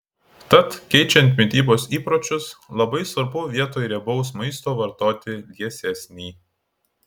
tad keičiant mitybos įpročius labai svarbu vietoj riebaus maisto vartoti liesesnį